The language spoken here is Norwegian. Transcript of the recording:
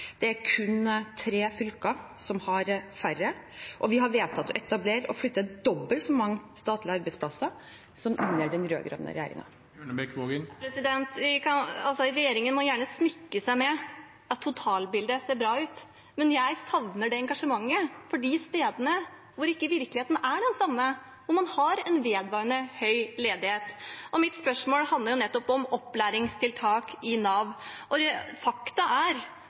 kun tre fylker som har færre. Og vi har vedtatt å etablere og flytte dobbelt så mange statlige arbeidsplasser som man gjorde under den rød-grønne regjeringen. Regjeringen må gjerne smykke seg med at totalbildet ser bra ut, men jeg savner et engasjement for de stedene hvor virkeligheten ikke er den samme, og hvor man har en vedvarende høy ledighet. Mitt spørsmål handlet jo nettopp om opplæringstiltak i Nav, og faktum er at bruken av opplæringstiltak, som skal sørge for å få folk som er